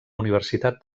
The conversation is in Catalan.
universitat